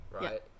right